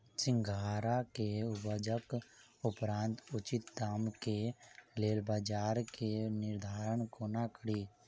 सिंघाड़ा केँ उपजक उपरांत उचित दाम केँ लेल बजार केँ निर्धारण कोना कड़ी?